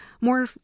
more